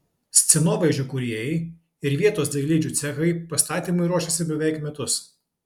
scenovaizdžio kūrėjai ir vietos dailidžių cechai pastatymui ruošėsi beveik metus